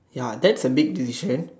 ya that's a big tuition